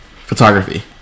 Photography